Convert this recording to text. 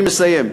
אני מסיים.